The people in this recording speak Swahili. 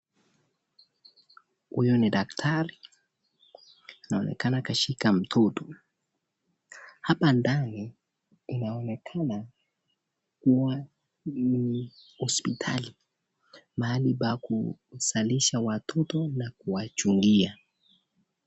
Huyu ni daktari, inaonekana kashika mtoto, hapa ndani inaonekana kuwa ni hosiptali, mahali pa kuzalisha watoto na kuwachungia.